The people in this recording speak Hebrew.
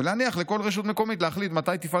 ולהניח לכל רשות מקומית להחליט מתי תפעל